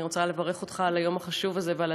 אני רוצה לברך אותך על היום החשוב הזה ועל